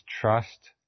trust